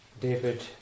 David